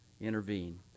intervene